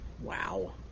Wow